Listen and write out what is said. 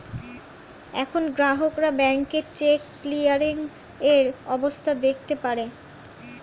এখন গ্রাহকরা ব্যাংকে চেক ক্লিয়ারিং এর অবস্থা দেখতে পারে